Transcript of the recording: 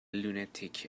lunatic